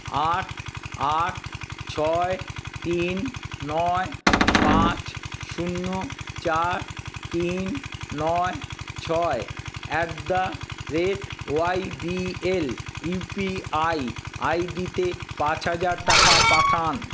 আট আট ছয় তিন নয় পাঁচ শূন্য চার তিন নয় ছয় at the rate Y B L U P I I ডিতে পাঁচ হাজার টাকা পাঠান